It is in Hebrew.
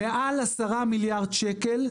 מעל 10 מיליארד שקלים,